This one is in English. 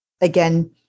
again